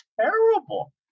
terrible